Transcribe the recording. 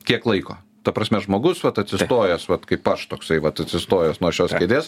kiek laiko ta prasme žmogus vat atsistojęs vat kaip aš toksai vat atsistojęs nuo šios kėdės